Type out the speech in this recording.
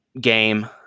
game